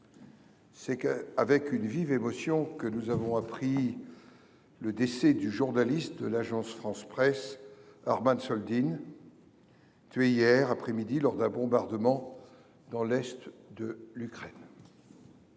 c'est avec une vive émotion que nous avons appris le décès du journaliste de l'Agence France-Presse (AFP) Arman Soldin, tué hier après-midi lors d'un bombardement dans l'est de l'Ukraine.